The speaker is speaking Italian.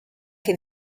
che